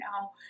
now